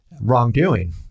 wrongdoing